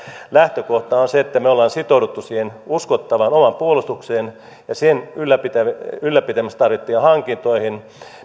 lähtökohta on se että me olemme sitoutuneet siihen uskottavaan omaan puolustukseen ja sen ylläpitämistä ylläpitämistä tarvittaviin hankintoihin